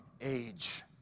age